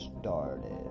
started